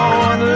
on